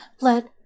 let